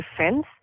defense